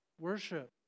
worship